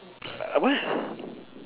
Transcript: err what